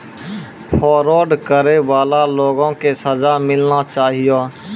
fraud करै बाला लोगो के सजा मिलना चाहियो